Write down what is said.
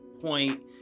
point